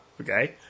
okay